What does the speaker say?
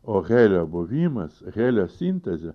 o helio buvimas helio sintezė